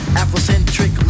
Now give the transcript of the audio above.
afrocentric